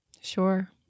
Sure